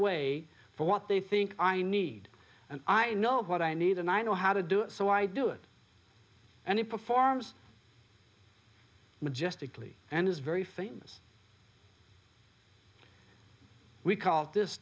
way for what they think i need and i know what i need and i know how to do it so i do it and it performs majestically and is very famous we call this